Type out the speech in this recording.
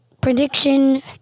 prediction